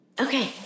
Okay